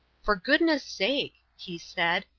for goodness sake, he said,